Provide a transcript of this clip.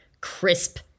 crisp